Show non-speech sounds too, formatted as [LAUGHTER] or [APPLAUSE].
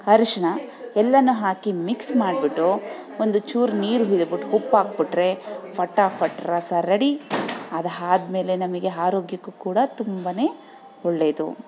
ಅರಿಶಿನ ಎಲ್ಲನು ಹಾಕಿ ಮಿಕ್ಸ್ ಮಾಡಿಬಿಟ್ಟು ಒಂದು ಚೂರು ನೀರು [UNINTELLIGIBLE] ಉಪ್ಪಾಕ್ಬಿಟ್ರೆ ಫಟಾಫಟ್ ರಸ ರೆಡಿ ಅದು ಆದ್ಮೇಲೆ ನಮಗೆ ಆರೋಗ್ಯಕ್ಕೂ ಕೂಡ ತುಂಬ ಒಳ್ಳೆದು